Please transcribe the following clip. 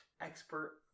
expert